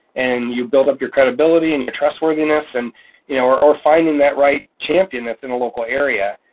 and you build up your credibility and your trustworthiness, and you know or or finding that, right champion that's in a local area.